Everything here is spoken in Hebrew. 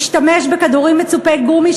משתמש בכדורים מצופי גומי,